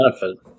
benefit